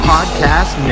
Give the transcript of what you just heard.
Podcast